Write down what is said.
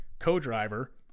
co-driver